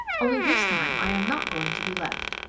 only this time i am not going to be left.